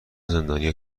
زندانیها